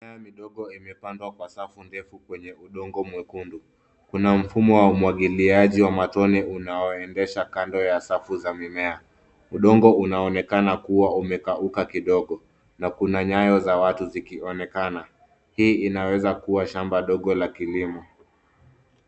Mimea midogo imepandwa kwa safu ndefu kwenye udongo mwekundu. Kuna mfumo wa umwagiliaji wa matone unaoendesha kando ya safu za mimea. Udongo unaonekana kuwa umekauka kidogo na kuna nyayo za watu zikionekana. Hii inaweza kuwa shamba ndogo la kilimo.